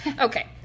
Okay